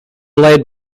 led